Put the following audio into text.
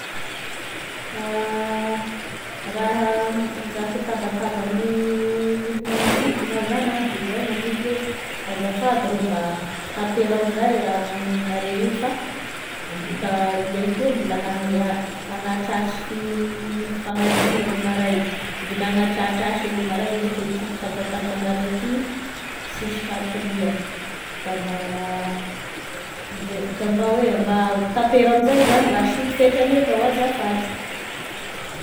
Raha izaka e tabatabagne olo magnodidy ma zany ah de izao gn'aniko hoe: azafady rô mba tapero amzay e raha magnenonareo io, fa mbola fa iahy toa mbola hagnia- hagnatratry fi- fagnadigna e vao maray, mbola hagnatratry asa e vao maray nefa itiky tabatabanareo ty sisy hatoria da mba de mba hoe mba tapero amzay zany mba asio fetrany evao azafady.